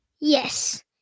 Yes